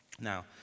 Now